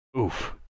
Oof